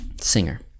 Singer